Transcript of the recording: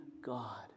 God